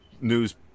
news